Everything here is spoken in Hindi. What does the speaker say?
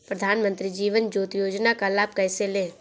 प्रधानमंत्री जीवन ज्योति योजना का लाभ कैसे लें?